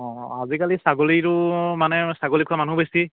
অঁ আজিকালি ছাগলীটো মানে ছাগলী খোৱা মানুহ বেছি